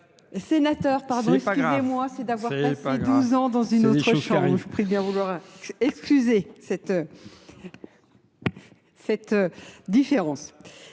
Sénateur pardon excusez-moi, c'est d'avoir passé 12 ans dans une autre chambre. Je vous prie de bien vouloir excuser cette différence.